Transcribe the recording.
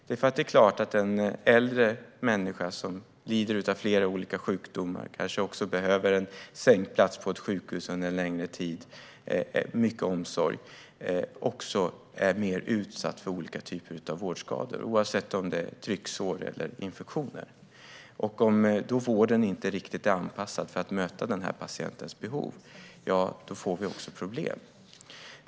Det är klart att en äldre människa som lider av flera olika sjukdomar och kanske behöver sängplats på sjukhus under längre tid och mycket omsorg också är mer utsatt för olika typer av vårdskador, oavsett om det är trycksår eller infektioner. Om vården inte riktigt är anpassad för att möta den patientens behov, ja, då får vi också problem.